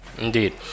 indeed